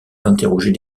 interroger